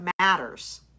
matters